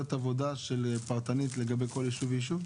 עבודה פרטנית לגבי כל ישוב וישוב?